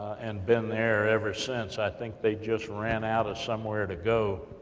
and been there ever since. i think they just ran out of somewhere to go,